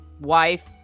wife